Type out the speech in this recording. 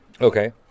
Okay